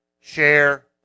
share